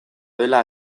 dela